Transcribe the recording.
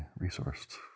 resourced